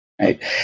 right